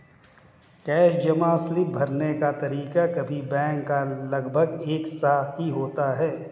cash जमा slip भरने का तरीका सभी बैंक का लगभग एक सा ही होता है